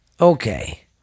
Okay